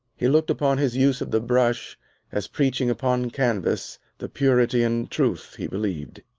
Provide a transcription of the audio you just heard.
he looked upon his use of the brush as preaching upon canvas the purity and truth he believed.